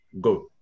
go